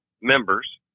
members